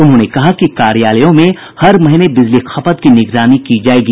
उन्होंने कहा कि कार्यालयों में हर महीने बिजली खपत की निगरानी की जायेगी